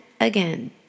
again